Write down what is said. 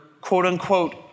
quote-unquote